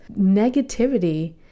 negativity